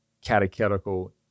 catechetical